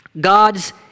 God's